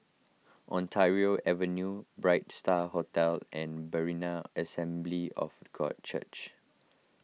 Ontario Avenue Bright Star Hotel and Berean Assembly of God Church